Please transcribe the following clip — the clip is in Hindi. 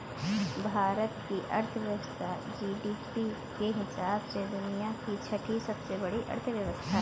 भारत की अर्थव्यवस्था जी.डी.पी के हिसाब से दुनिया की छठी सबसे बड़ी अर्थव्यवस्था है